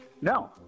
No